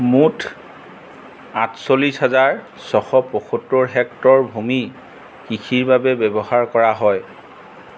মুঠ আঠচল্লিছ হাজাৰ ছশ পয়ত্তৰ হেক্টৰ ভূমি কৃষিৰ বাবে ব্যৱহাৰ কৰা হয়